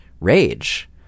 rage